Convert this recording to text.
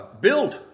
Build